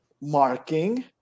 marking